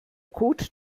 kot